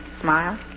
smile